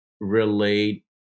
relate